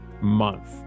month